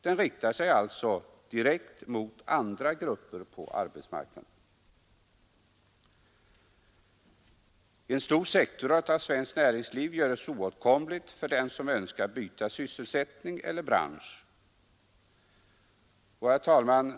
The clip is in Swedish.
Det riktar sig alltså direkt mot andra grupper på arbetsmarknaden. En stor sektor av svenskt näringsliv görs oåtkomlig för dem som önskar byta sysselsättning eller bransch.